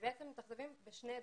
ובעצם מתאכזבים בשני היבטים: